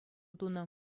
тунӑ